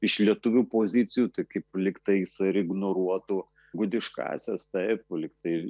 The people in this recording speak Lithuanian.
iš lietuvių pozicijų tai kaip lyg tais ar ignoruotų gudiškąsias taip lyg tai